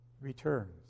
returns